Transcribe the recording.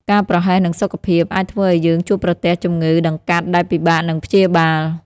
ការប្រហែសនឹងសុខភាព អាចធ្វើឱ្យយើងជួបប្រទះជំងឺដង្កាត់ដែលពិបាកនឹងព្យាបាល។